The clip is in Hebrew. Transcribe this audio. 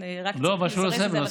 רק צריך לזרז את הנושא.